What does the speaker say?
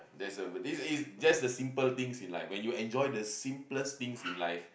there's a~ this is just the simple things in life when you enjoy the simplest things in life